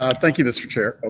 ah thank you, mr. chair.